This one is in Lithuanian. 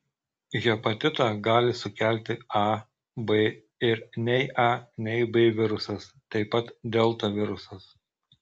hepatitą gali sukelti a b ir nei a nei b virusas taip pat delta virusas